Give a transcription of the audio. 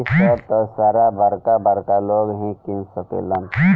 इ सभ त सारा बरका बरका लोग ही किन सकेलन